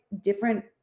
different